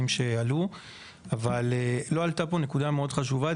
שנאמרו אבל לא עלתה פה נקודה מאוד חשובה,